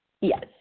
Yes